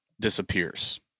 disappears